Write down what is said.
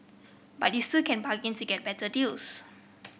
but you still can bargain to get better deals